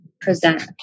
present